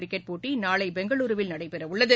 cricket போட்டிநாளைபெங்களூருவில் நடைபெறவுள்ளது